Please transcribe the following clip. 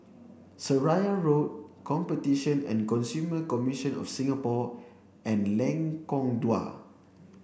Seraya Road Competition and Consumer Commission of Singapore and Lengkong Dua